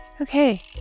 Okay